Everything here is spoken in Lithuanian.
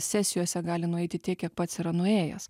sesijose gali nueiti tiek kiek pats yra nuėjęs